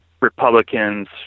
Republicans